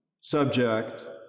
subject